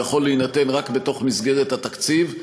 יכול להינתן רק במסגרת התקציב,